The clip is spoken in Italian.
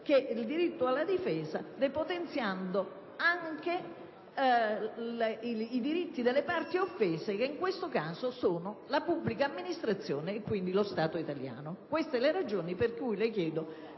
del diritto alla difesa, depotenziando anche i diritti delle parti offese che, in questo caso, sono la pubblica amministrazione e, quindi, lo Stato italiano. Queste sono le ragioni per cui le chiedo